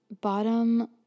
bottom